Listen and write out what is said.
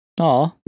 Aw